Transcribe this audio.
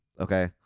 okay